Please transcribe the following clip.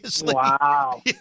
Wow